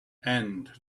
and